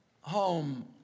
home